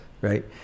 right